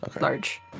Large